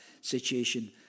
situation